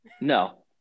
No